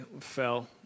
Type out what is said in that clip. fell